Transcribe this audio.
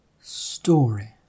story